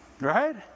Right